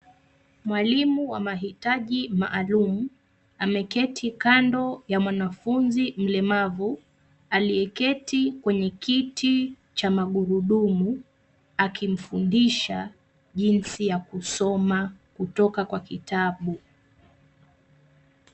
Mwalimu wa mahitaji maalum ameketi kando ya mwanafunzi mlemavu, aliyeketi kwenye kiti cha magurudumu akimfundisha jinsi ya kusoma kutoka kwa kitabu.